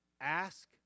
ask